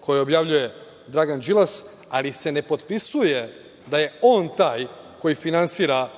koje objavljuje Dragan Đilas, ali se ne potpisuje da je on taj koji finansira